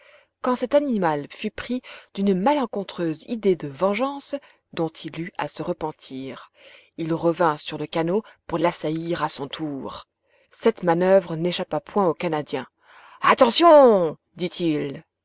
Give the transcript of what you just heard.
quand cet animal fut pris d'une malencontreuse idée de vengeance dont il eut à se repentir il revint sur le canot pour l'assaillir à son tour cette manoeuvre n'échappa point au canadien attention dit-il